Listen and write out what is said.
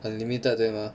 unlimited 对吗